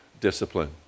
discipline